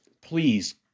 please